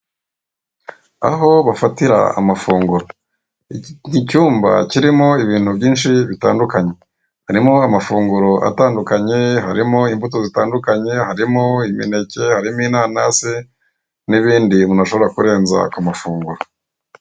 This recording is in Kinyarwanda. Aho bafatira amafunguro, icyi ni icyumba kirimo ibintu byishi bitandukanye, harimo amafunguro atandukanye: harimo imbuto zitandukanye, harimo imineke, harimo inanasi na ibindi umuntu ashobora kurenza kumafunguro.